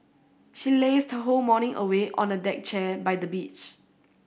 she lazed her whole morning away on a deck chair by the beach